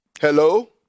Hello